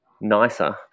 nicer